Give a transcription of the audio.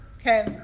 Okay